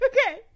Okay